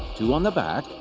two on the back,